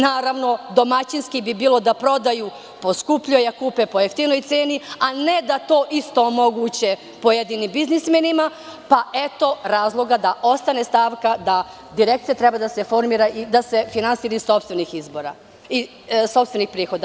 Naravno, domaćinski bi bilo da prodaju po skupljoj a kupe po jeftinijoj ceni, a ne da to isto moguće pojedinim biznismenima, pa eto razloga da ostane stavka da direkcija treba da se finansira iz sopstvenih prihoda.